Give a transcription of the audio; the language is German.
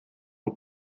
und